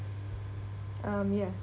um yes